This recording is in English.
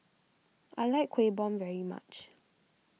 I like Kueh Bom very much